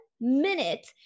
minute